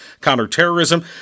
Counterterrorism